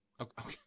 Okay